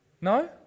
No